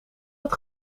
het